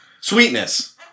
sweetness